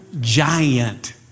giant